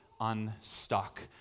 unstuck